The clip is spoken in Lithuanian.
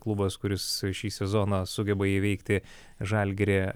klubas kuris šį sezoną sugeba įveikti žalgirį